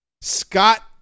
Scott